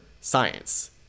science